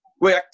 Wait